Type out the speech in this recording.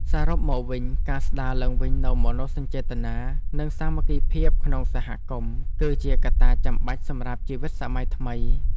សរុបមកវិញ ការស្ដារឡើងវិញនូវមនោសញ្ចេតនា និងសាមគ្គីភាពក្នុងសហគមន៍ គឺជាកត្តាចាំបាច់សម្រាប់ជីវិតសម័យថ្មី។